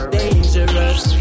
dangerous